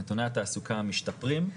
נתוני התעסוקה משתפרים.